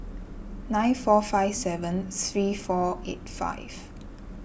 nine four five seven three four eight five